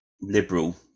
liberal